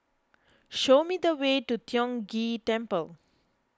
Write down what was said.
show me the way to Tiong Ghee Temple